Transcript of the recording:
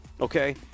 Okay